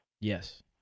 Yes